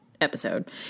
episode